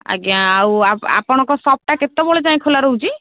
ଆଜ୍ଞା ଆଉ ଆପଣଙ୍କ ସପ୍ଟା କେତେବେଳ ଯାଏଁ ଖୋଲା ରହୁଛି